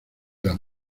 las